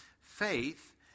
Faith